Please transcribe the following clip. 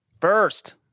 First